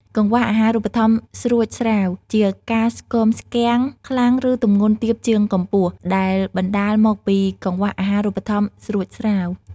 កង្វះអាហារូបត្ថម្ភស្រួចស្រាវ ជាការស្គមស្គាំងខ្លាំង ឬទម្ងន់ទាបជាងកម្ពស់ ដែលបណ្តាលមកពីកង្វះអាហារូបត្ថម្ភស្រួចស្រាវ។